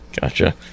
gotcha